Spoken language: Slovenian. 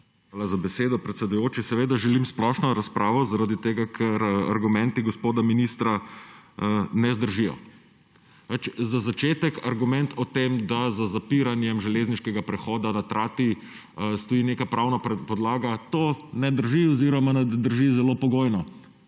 za besedo, predsedujoči. Seveda želim splošno razpravo zaradi tega, ker argumenti gospoda ministra ne zdržijo. Za začetek argument o tem, da z zapiranjem železniškega prehoda na Trati stoji neka pravna podlaga. To ne drži oziroma drži zelo pogojno,